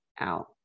out